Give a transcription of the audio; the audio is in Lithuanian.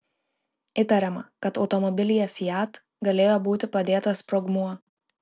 įtariama kad automobilyje fiat galėjo būti padėtas sprogmuo